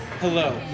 hello